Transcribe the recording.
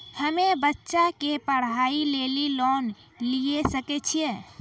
हम्मे बच्चा के पढ़ाई लेली लोन लिये सकय छियै?